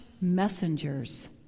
messengers